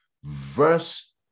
Verse